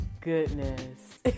goodness